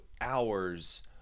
hours